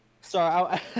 Sorry